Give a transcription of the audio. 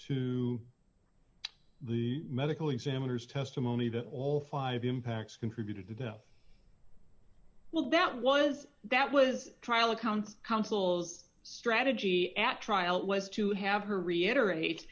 to the medical examiner's testimony that all five impacts contributed to death well that was that was trial accounts counsel's strategy at trial was to have her reiterate